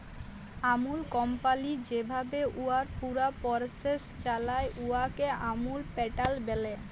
আমূল company যেভাবে উয়ার পুরা পরসেস চালায়, উয়াকে আমূল প্যাটার্ল ব্যলে